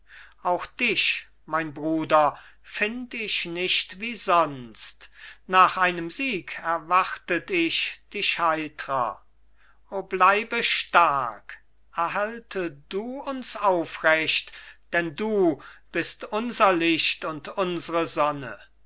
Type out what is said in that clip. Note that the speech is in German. auch dich mein bruder find ich nicht wie sonst nach einem sieg erwartet ich dich heitrer o bleibe stark erhalte du uns aufrecht denn du bist unser licht und unsre sonne